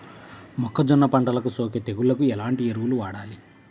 మొక్కజొన్న పంటలకు సోకే తెగుళ్లకు ఎలాంటి ఎరువులు వాడాలి?